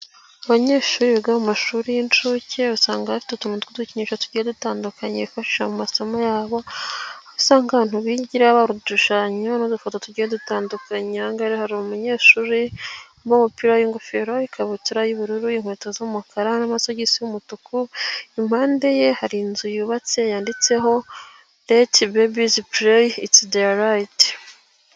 Abanyeshuri biga mu mashuri y'incuke, usanga bafite utuntu tw'udukinisho tugenda dutandukanye, bifashisha mu masomo yabo. Aho usanga ahantu bigira haba hari udushushanyo n'udufoto tugiye dutandukanye, aha ngaha rero hari umunyeshuri wambaye umupira w'ingofero, ikabutura y'ubururu, inkweto z'umukara, n'amasogisi y'umutuku, impande ye hari inzu yubatse yanditseho let babies play, it's their reght.